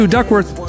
Duckworth